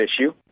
issue